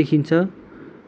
देखिन्छ